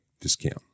discount